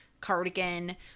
cardigan